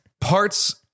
parts